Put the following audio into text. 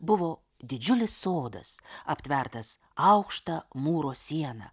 buvo didžiulis sodas aptvertas aukšta mūro siena